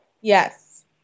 Yes